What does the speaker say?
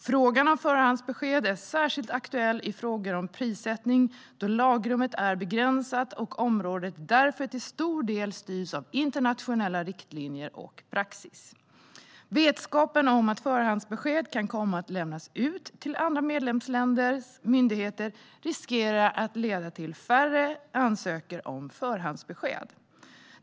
Frågan om förhandsbesked är särskilt aktuell i frågor om prissättning, då lagrummet är begränsat och området därför till stor del styrs av internationella riktlinjer och praxis. Vetskapen om att förhandsbesked kan komma att lämnas ut till andra medlemsländers myndigheter riskerar att leda till att färre ansöker om förhandsbesked.